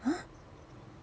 !huh!